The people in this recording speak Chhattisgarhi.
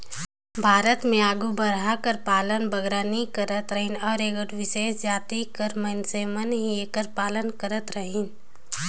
भारत में आघु बरहा कर पालन बगरा नी करत रहिन अउ एगोट बिसेस जाति कर मइनसे मन ही एकर पालन करत रहिन